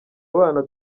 abana